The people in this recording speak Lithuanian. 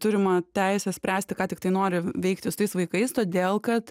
turimą teisę spręsti ką tiktai nori veikti su tais vaikais todėl kad